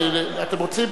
אתם רוצים?